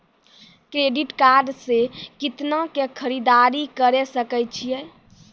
Credit card से कितना के खरीददारी करे सकय छियै?